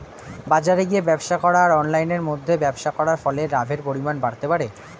বাজারে গিয়ে ব্যবসা করা আর অনলাইনের মধ্যে ব্যবসা করার ফলে লাভের পরিমাণ বাড়তে পারে?